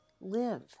live